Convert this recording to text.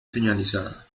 señalizada